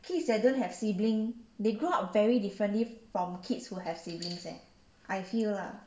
kids that don't have siblings grow up very differently from kids who have siblings eh I feel ah